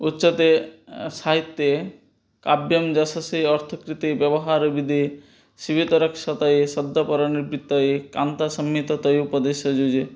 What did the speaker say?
उच्यते साहित्ये काव्यं यशसे अर्थकृते व्यवहारविदे शिवेतरक्षतये सद्यःपरनिर्वृतये कान्तासंहितयोपदेशयुजे